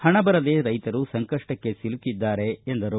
ಹಣ ಬರದೆ ರೈತರು ಸಂಕಷ್ಟಕ್ಕೆ ಸಿಲುಕಿದ್ದಾರೆ ಎಂದರು